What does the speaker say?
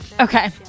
okay